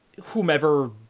whomever